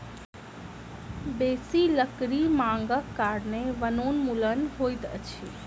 बेसी लकड़ी मांगक कारणें वनोन्मूलन होइत अछि